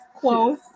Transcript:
Close